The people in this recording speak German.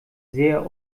sehr